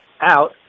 out